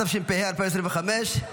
התשפ"ה 2025,